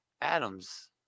Adams